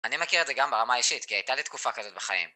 אני מכיר את זה גם ברמה האישית, כי הייתה לי תקופה כזאת בחיים.